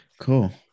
Cool